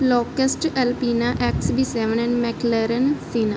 locust Alpina X V seven and McLaren ਸੀਨਾ